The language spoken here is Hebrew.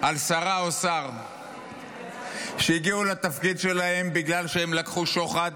על שרה או שר שהגיעו לתפקיד שלהם בגלל שהם לקחו שוחד,